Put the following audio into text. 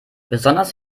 besonders